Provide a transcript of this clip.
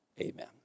amen